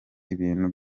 ibintu